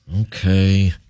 Okay